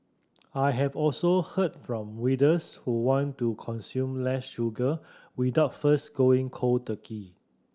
I have also heard from readers who want to consume less sugar without first going cold turkey